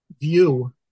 view